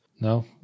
no